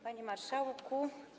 Panie Marszałku!